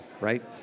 right